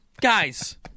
guys